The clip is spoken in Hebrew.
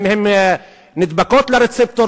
אם הן נדבקות לרצפטור,